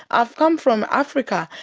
i've come from africa,